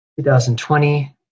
2020